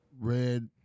Red